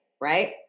right